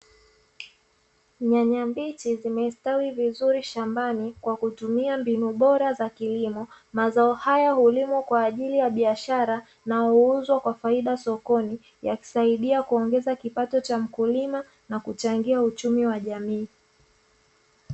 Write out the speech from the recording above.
Nyanya mbichi zimestawi vizuri shambani kwa kutumia mbinu bora za kilimo, mazao haya hulimwa kwa ajili ya biashara na huuzwa kwa faida sokoni yakisaidia kuongeza kipato cha mkulima na kuchangia uchumi wa jamii.